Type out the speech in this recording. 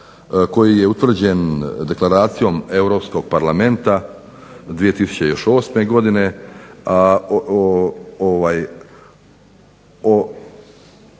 koji je utvrđen Deklaracijom Europskog parlamenta još 2008. godine,